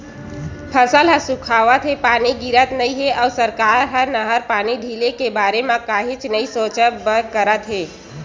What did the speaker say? फसल ह सुखावत हे, पानी गिरत नइ हे अउ सरकार ह नहर पानी ढिले के बारे म कहीच नइ सोचबच करत हे